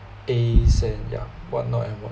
A send yeah what not at what